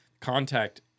Contact